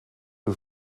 who